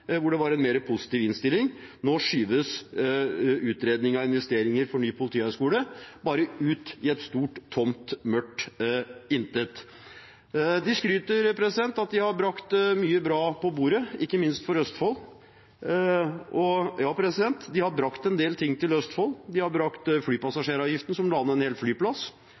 hvor det var en mer positiv innstilling. Nå skyves utredning av investeringer til ny politihøgskole bare ut i et stort, tomt, mørkt intet. De skryter av at de har brakt mye bra til bordet, ikke minst for Østfold. Ja, de har brakt en del ting til Østfold – de har brakt flypassasjeravgiften, som la ned en hel flyplass,